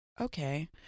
okay